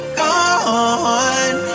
gone